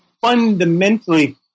fundamentally